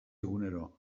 egunero